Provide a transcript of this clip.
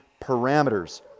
parameters